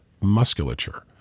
musculature